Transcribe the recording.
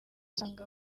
usanga